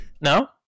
No